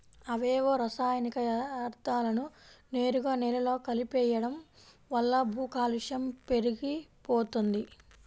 అవేవో రసాయనిక యర్థాలను నేరుగా నేలలో కలిపెయ్యడం వల్ల భూకాలుష్యం పెరిగిపోతంది